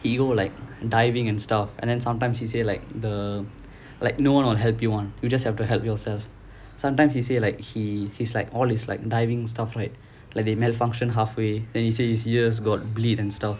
he go like diving and stuff and then sometimes he say like the like no one will help you [one] you just have to help yourself sometimes he say like he he's like all these like diving stuff right like they malfunction halfway then he say his ears got bleed and stuff